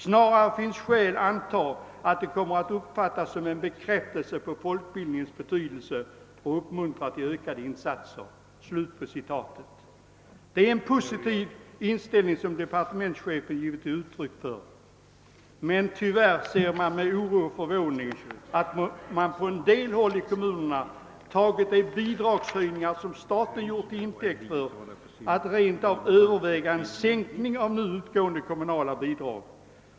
Snarare finns skäl anta att det kommer att uppfattas som en bekräftelse på folkbildningens betydelse och uppmuntra till ökade ekonomiska insatser.» Det är en positiv inställning som departementschefen där givit uttryck för, men jag ser med oro och förvåning att man på en hel del håll i kommunerna tyvärr har tagit de bidragshöjningar, som staten gjort, till intäkt för att rent av överväga en sänkning av nu utgående kommunala bidrag.